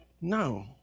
no